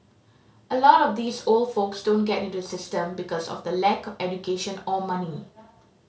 a lot of these old folks don't get into the system because of the lack of education or money